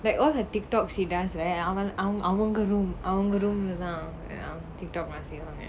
like all her TikTok she does right அவங்க:avanga room அவங்க:avanga room leh தான்:thaan TikTok லாம் செய்வாங்க:laam seivaanga